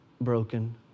broken